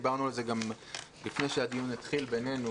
דיברנו על זה גם לפני שהדיון התחיל בינינו